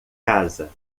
casa